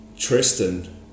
Tristan